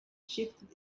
shifted